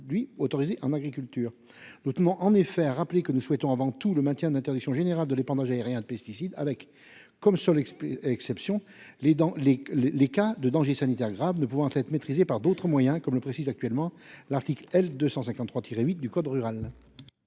autorisés en agriculture. En effet, nous tenons à rappeler que nous souhaitons avant tout le maintien de l'interdiction générale de l'épandage aérien de pesticides, avec, comme seule exception, les cas de dangers sanitaires graves ne pouvant être maîtrisés par d'autres moyens, comme le précise actuellement l'article L. 253-8 du code rural.